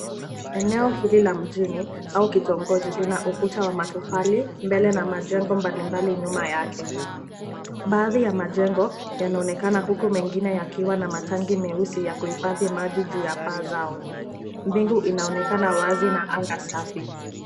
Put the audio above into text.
Eneo hili la mjini au kitongoji, lina ukuta wa matofali mbele na majengo mbali mbali nyuma yake. Baathi ya majengo yanaonekana huku mengine yakiwa na matangi meusi ya kuhifathi maji juu ya paa zao. Mbingu inaonekana wazi ikiwa na anga safi.